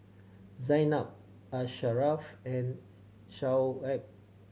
Zaynab Asharaff and Shoaib